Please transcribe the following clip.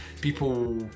people